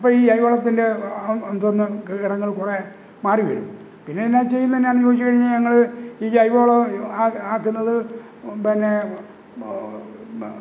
അപ്പോള് ഈ ജൈവവളത്തിൻ്റെ എന്തോന്ന് ഹരങ്ങൾ കുറെ മാറിവരും പിന്നെ എന്നാ ചെയ്യുന്നെന്നാന്ന് ചോദിച്ചുകഴിഞ്ഞാള് ഞങ്ങള് ഈ ജൈവവളം ആ ആക്കുന്നതു പിന്നെ